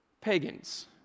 pagans